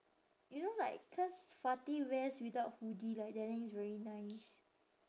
you know like cause fati wears without hoodie like that then it's very nice